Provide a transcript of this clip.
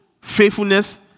faithfulness